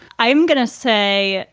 i'm going to say.